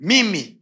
Mimi